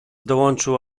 dołączył